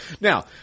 Now